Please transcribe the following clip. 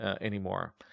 anymore